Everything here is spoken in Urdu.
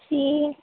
جی